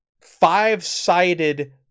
five-sided